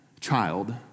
child